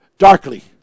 darkly